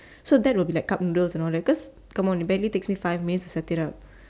so that would be like cup noodles and all that because come on it barely takes me five minutes to set it up